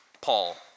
Paul